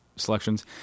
Selections